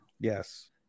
Yes